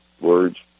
words